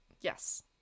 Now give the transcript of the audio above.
Yes